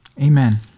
Amen